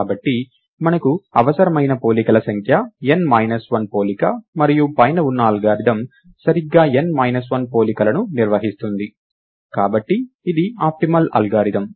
కాబట్టి మనకు అవసరమైన పోలికల సంఖ్య n మైనస్ 1 పోలిక మరియు పైన ఉన్న అల్గోరిథం సరిగ్గా n మైనస్ 1 పోలికలను నిర్వహిస్తుంది కాబట్టి ఇది ఆప్టిమల్ అల్గోరిథం